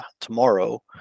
tomorrow